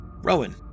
Rowan